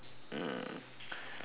uh